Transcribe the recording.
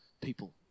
people